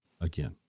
again